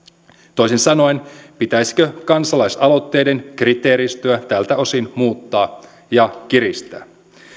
toisin sanoen pitäisikö kansalaisaloitteiden kriteeristöä tältä osin muuttaa ja kiristää